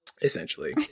Essentially